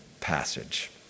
passage